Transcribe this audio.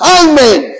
amen